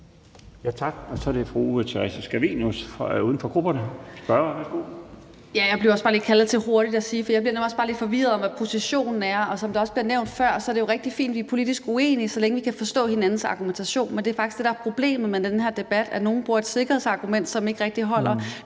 Tak. Så er det fru Theresa Scavenius, uden for grupperne, som spørger.